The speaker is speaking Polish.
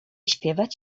śpiewać